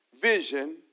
vision